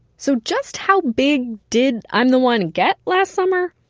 so just how big did i'm the one get last summer?